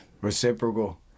Reciprocal